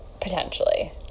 potentially